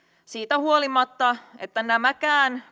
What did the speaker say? siitä huolimatta että nämäkään